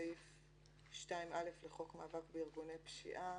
סעיף 2(א) לחוק מאבק בארגוני פשיעה